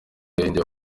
yahinduye